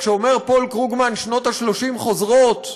כשאומר פול קרוגמן: שנות ה-30 חוזרות,